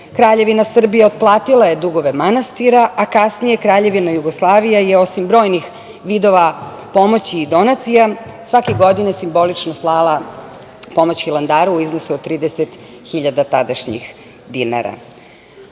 Kraljevina Srbija otplatila je dugove manastira, a kasnije Kraljevina Jugoslavija je, osim brojnih vidova pomoći i donacija, svake godine simbolično slala pomoć Hilandaru u iznosu od 30 hiljada tadašnjih